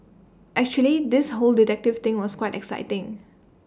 actually this whole detective thing was quite exciting